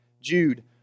Jude